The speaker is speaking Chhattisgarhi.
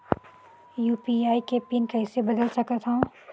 यू.पी.आई के पिन कइसे बदल सकथव?